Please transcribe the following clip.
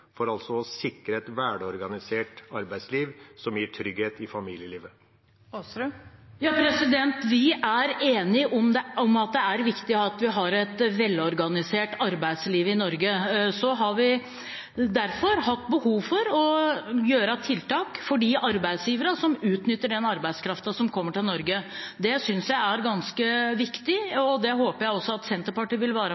arbeidsinnvandring, altså å styre kapitalkreftene strengere for å sikre et velorganisert arbeidsliv for alle. Det som er mitt spørsmål, er: Hvordan vil Arbeiderpartiet nå styre arbeidsmarkedet strengere i stort for å sikre et velorganisert arbeidsliv som gir trygghet for familielivet? Vi er enige om at det er viktig at vi har et velorganisert arbeidsliv i Norge. Derfor har vi hatt behov for å gjøre tiltak mot de arbeidsgiverne som utnytter den